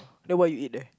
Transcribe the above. then what you eat there